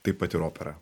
taip pat ir opera